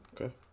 okay